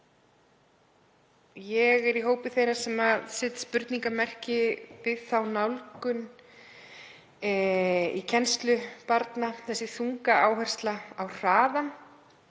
Ég er í hópi þeirra sem setja spurningarmerki við þá nálgun í kennslu barna að leggja þunga áherslu á hraðann.